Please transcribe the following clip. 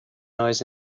noise